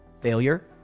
failure